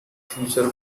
future